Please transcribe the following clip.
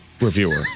reviewer